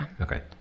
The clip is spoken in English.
Okay